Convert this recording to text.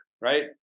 right